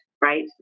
Right